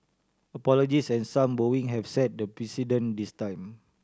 apologies and some bowing have set the precedent this time